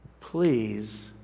Please